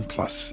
Plus